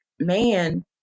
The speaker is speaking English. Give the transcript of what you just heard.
man